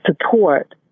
support